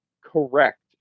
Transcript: Correct